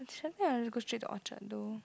go straight to Orchard though